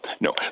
no